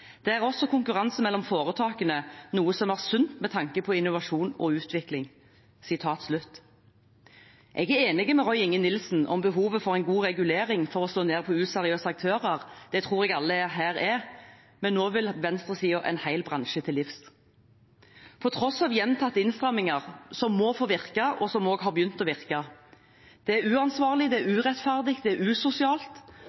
Det er også konkurranse mellom foretakene, noe som er sunt med tanke på innovasjon og utvikling.» Jeg er enig med Roy Inge Nilsen om behovet for en god regulering for å slå ned på useriøse aktører, og det tror jeg alle her er, men nå vil venstresiden en hel bransje til livs – på tross av gjentatte innstramminger, som må få virke, og som også har begynt å virke. Det er uansvarlig, det er